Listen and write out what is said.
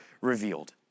revealed